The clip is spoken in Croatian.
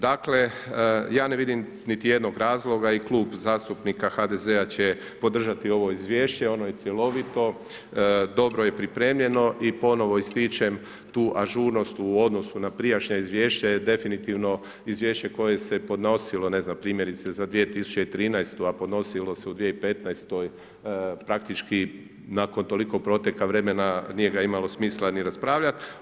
Dakle, ja ne vidim niti jednog razloga i Klub zastupnika HDZ-a će podržati ovo izvješće, ono je cjelovito, dobro je pripremljeno i ponovno ističem tu ažurnost u odnosu na prijašnja izvješća je definitivno izvješće koje se podnosilo primjerice za 2013, a podnosilo se u 2015., praktički nakon toliko proteka vremena nije ga imalo smisla ni raspravljati.